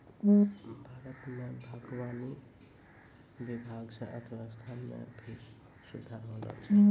भारत मे बागवानी विभाग से अर्थव्यबस्था मे भी सुधार होलो छै